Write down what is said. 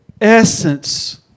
essence